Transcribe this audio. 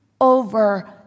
over